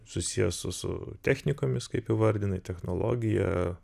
susijęs su su technikomis kaip įvardinai technologija